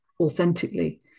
authentically